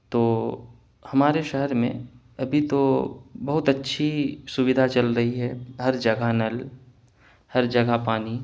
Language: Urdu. تو ہمارے شہر میں ابھی تو بہت اچھی سویدھا چل رہی ہے ہر جگہ نل ہر جگہ پانی